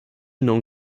known